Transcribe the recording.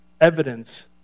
evidence